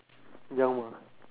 young mah